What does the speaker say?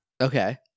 Okay